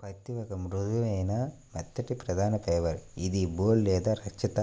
పత్తిఒక మృదువైన, మెత్తటిప్రధానఫైబర్ఇదిబోల్ లేదా రక్షిత